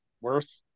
worth